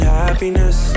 happiness